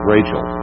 Rachel